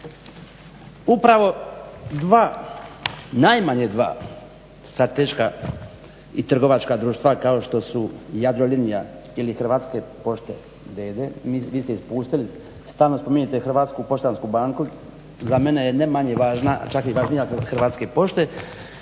upravo dva, najmanje dva strateška i trgovačka društva kao što su Jadrolinija ili Hrvatske pošte d.d., vi ste ispustili, stalno spominjete HPB, za mene je ne manje važna čak i važnija Hrvatske pošte,